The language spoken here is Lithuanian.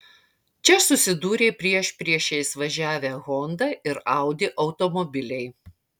čia susidūrė priešpriešiais važiavę honda ir audi automobiliai